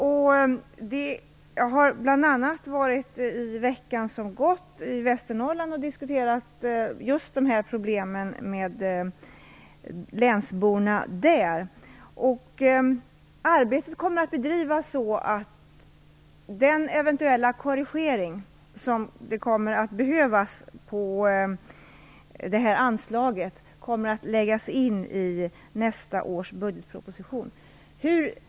Jag har bl.a. under den vecka som gått varit i Västernorrland och diskuterat just dessa problem med länsborna där. Arbetet kommer att bedrivas så att den korrigering som eventuellt behöver ske på detta anslag läggs in i nästa års budgetproposition.